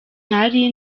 ntari